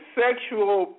sexual